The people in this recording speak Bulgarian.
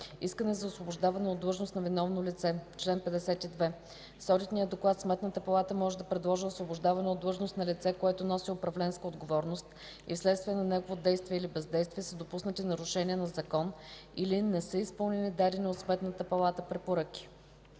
„Искане за освобождаване от длъжност на виновно лице Чл. 52. С одитния доклад Сметната палата може да предложи освобождаване от длъжност на лице, което носи управленска отговорност и вследствие на негово действие или бездействие са допуснати нарушения на закон или не са изпълнени дадени от Сметната палата препоръки.”